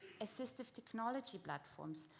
assistive technology platforms.